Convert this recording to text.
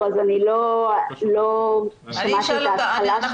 אז אני לא שמעתי את ההתחלה של מה שיובל אמר ספציפית.